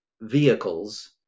vehicles